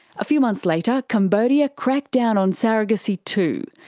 a few months later, cambodia cracked down on surrogacy too.